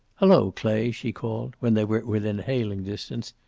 hello, clay, she called, when they were within hailing distance.